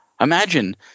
Imagine